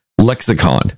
lexicon